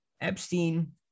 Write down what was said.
Epstein